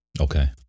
Okay